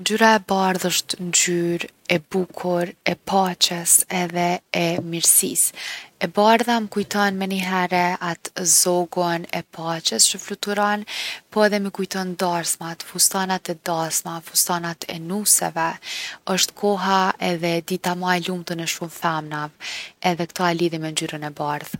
Ngjyra e bardhë osht ngjyrë e bukur, e paqes edhe e mirësisë. E bardha m’kujton menihere atë zogun e paqes që fluturon po edhe mi kujton darsmat, fustanat e dasmave, fustanat e nuseve. Osht koha edhe dita ma e lumtun e shumë femnave edhe kta e lidhi me ngjyrën e bardhë.